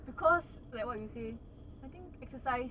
because like what you say I think exercise